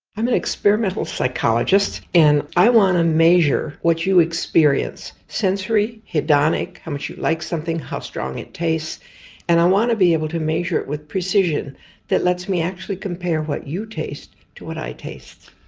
i'm an experimental psychologist, and i want to measure what you experience sensory, hedonic, how much you like something, how strong it tastes and i want to be able to measure it with precision that lets me actually compare what you taste to what i taste.